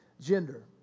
gender